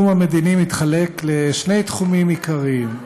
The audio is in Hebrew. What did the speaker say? התחום המדיני מתחלק לשני תחומים עיקריים,